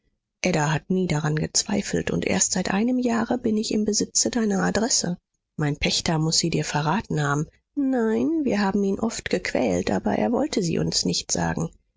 ada hat nie daran gezweifelt und erst seit einem jahre bin ich im besitze deiner adresse mein pächter muß sie dir verraten haben nein wir haben ihn oft gequält aber er wollte sie uns nicht sagen